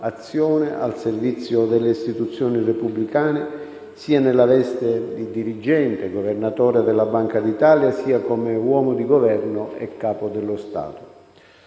azione al servizio delle istituzioni repubblicane, sia nella veste di dirigente, Governatore della Banca d'Italia, sia come uomo di Governo e Capo dello Stato.